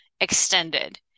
Extended